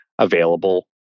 available